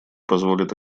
позволит